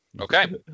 Okay